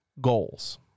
goals